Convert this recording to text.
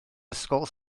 ysgol